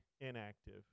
inactive